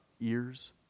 ears